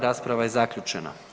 Rasprava je zaključena.